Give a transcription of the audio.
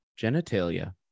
genitalia